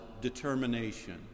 determination